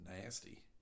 nasty